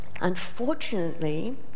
Unfortunately